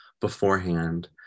beforehand